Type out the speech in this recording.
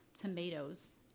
tomatoes